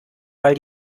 weil